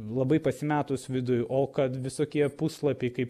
labai pasimetus vidui o kad visokie puslapiai kaip